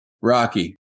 Rocky